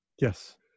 Yes